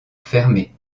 fermé